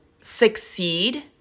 succeed